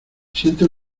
siento